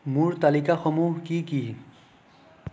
মোৰ তালিকাসমূহ কি কি